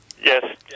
Yes